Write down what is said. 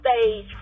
stage